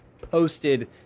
posted